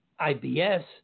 IBS